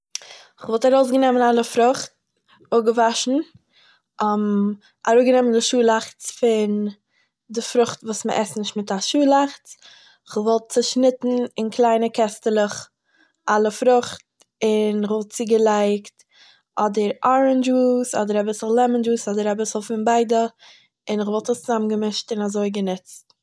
כ'וואלט ארויסגענומען אלע פרוכט, אפגעוואשן, אראפגענומען די שאלאכץ פון די פרוכט וואס מען עסט נישט מיט א שאלאכץ, כ'וואלט צעשניטן אין קליינע קעסטעלעך אלע פרוכט און וואלט צוגעלייגט אדער ארענדזש-דזשוס אדער אביסל לעמאן-דזשוס אדער אביסל פון ביידע, און איך וואלט עס צוזאמגעמישט און אזוי געניצט